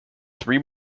three